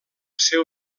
seu